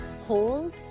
Hold